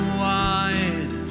wide